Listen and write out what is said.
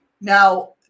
Now